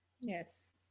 Yes